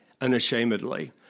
unashamedly